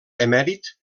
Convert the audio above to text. emèrit